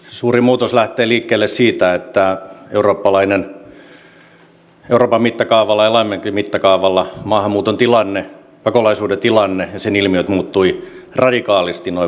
suuri muutos lähtee liikkeelle siitä että euroopan mittakaavalla ja laajemmallakin mittakaavalla maahanmuuton tilanne pakolaisuuden tilanne ja sen ilmiöt muuttuivat radikaalisti noin vuosi sitten